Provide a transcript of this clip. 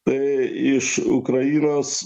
tai iš ukrainos